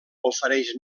ofereix